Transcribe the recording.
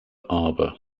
arbor